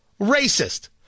racist